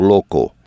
Loco